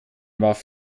warf